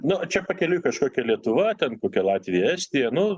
nu čia pakeliui kažkokia lietuva ten kokia latvija estija nu